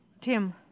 Tim